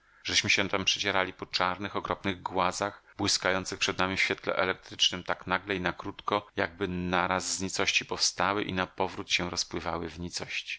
żeśmy się tam przedzierali po czarnych okropnych głazach błyśkających przed nami w świetle elektrycznem tak nagle i na krótko jakby naraz z nicości powstały i napowrót się rozpływały w